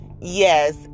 yes